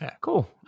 Cool